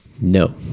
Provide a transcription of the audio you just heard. No